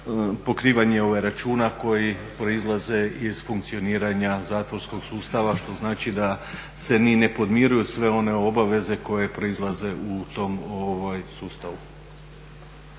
pokrivanje računa koji proizlaze iz funkcioniranja zatvorskog sustava, što znači da se ni ne podmiruju sve one obaveze koje proizlaze u tom sustavu.